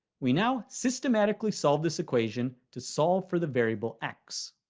we now systematically solve this equation to solve for the variable x.